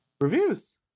Reviews